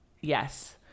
Yes